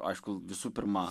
aišku visų pirma